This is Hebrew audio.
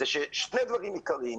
הוא אומר שני דברים עיקרים.